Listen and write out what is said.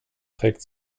trägt